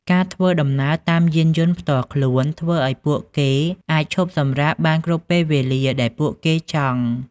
ការធ្វើដំណើរតាមយានយន្តផ្ទាល់ខ្លួន ធ្វើឱ្យពួកគេអាចឈប់សម្រាកបានគ្រប់ពេលវេលា ដែលពួកគេចង់។